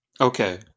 Okay